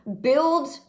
build